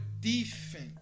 defense